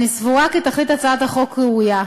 אני סבורה כי תכלית הצעת החוק ראויה.